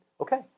okay